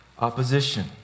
opposition